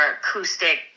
acoustic